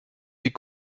des